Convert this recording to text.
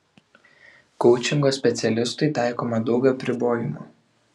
koučingo specialistui taikoma daug apribojimų